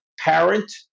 Parent